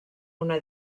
una